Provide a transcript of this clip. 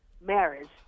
marriage